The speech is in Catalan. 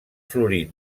florir